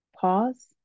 pause